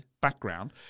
background